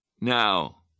Now